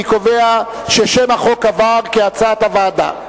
אני קובע ששם החוק עבר כהצעת הוועדה.